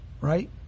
right